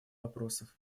вопросов